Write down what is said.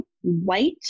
white